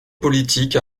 politique